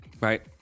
Right